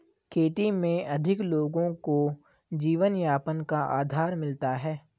खेती में अधिक लोगों को जीवनयापन का आधार मिलता है